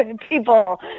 people